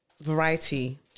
variety